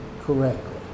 correctly